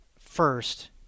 first